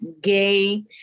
gay